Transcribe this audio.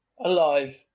Alive